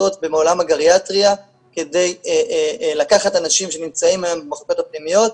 בעולם הגריאטריה כדי לקחת אנשים שנמצאים היום במחלקות הפנימיות,